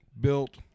built